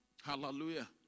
Hallelujah